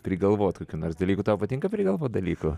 prigalvot kokių nors dalykų tau patinka prigalvot dalykų